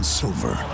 silver